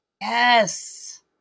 Yes